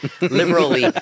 liberally